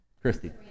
Christy